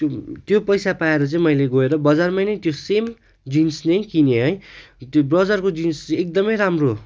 त्यो पैसा पाएर चाहिँ मैले गएर बजारमा नै त्यो सेम जिन्स नै किनेँ है त्यो बजारको जिन्स चाहिँ एकदमै राम्रो